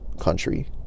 country